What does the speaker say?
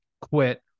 quit